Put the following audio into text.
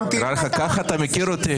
ככה אתה מכיר אותי?